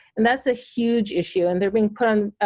and that's a huge issue, and they're being put on